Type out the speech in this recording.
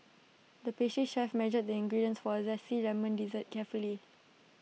the pastry chef measured the ingredients for A Zesty Lemon Dessert carefully